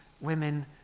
Women